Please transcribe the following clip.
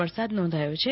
વરસાદ નોંધાયો છે